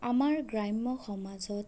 আমাৰ গ্ৰাম্য সমাজত